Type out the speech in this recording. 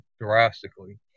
drastically